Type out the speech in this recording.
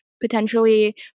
potentially